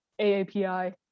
AAPI